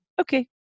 Okay